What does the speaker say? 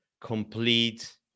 complete